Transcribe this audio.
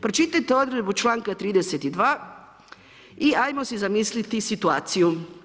Pročitajte odredbu članka 32. i hajmo si zamisliti situaciju.